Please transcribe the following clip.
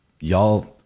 y'all